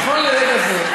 נכון לרגע זה,